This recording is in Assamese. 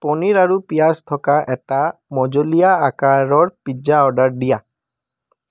পনীৰ আৰু পিঁয়াজ থকা এটা মজলীয়া আকাৰৰ পিজ্জা অৰ্ডাৰ দিয়া